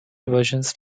versions